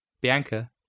Bianca